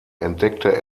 entdeckte